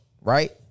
right